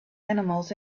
animals